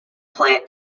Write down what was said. plant